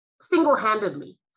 single-handedly